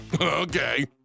Okay